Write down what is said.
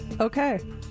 Okay